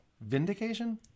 Vindication